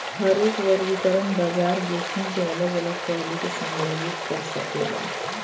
हरेक वर्गीकरण बाजार जोखिम के अलग अलग पहलू के संदर्भित कर सकेला